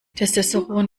testosteron